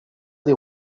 des